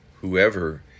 whoever